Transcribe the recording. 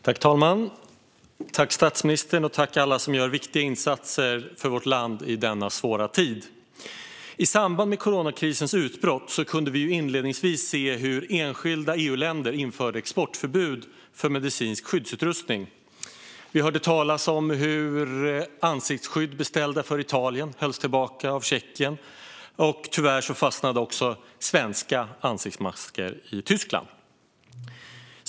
Herr talman! Tack, statsministern! Och tack till alla som gör viktiga insatser för vårt land i denna svåra tid! I samband med coronakrisens utbrott kunde vi inledningsvis se enskilda EU-länder införa exportförbud för medicinsk skyddsutrustning. Vi hörde talas om att ansiktsskydd som var beställda av Italien hölls tillbaka av Tjeckien. Tyvärr fastnade också ansiktsmasker som Sverige hade beställt i Tyskland.